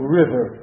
river